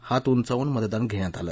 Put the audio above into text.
हात उंचावून मतदान घेण्यात आले